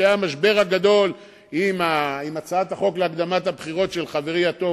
כשהיה המשבר הגדול עם הצעת החוק להקדמת הבחירות של חברי הטוב,